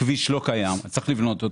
הכביש לא קיים, וצריך לבנות אותו.